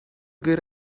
good